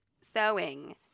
sewing